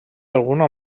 alguna